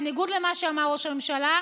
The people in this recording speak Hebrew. בניגוד למה שאמר ראש הממשלה,